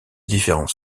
différents